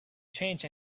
change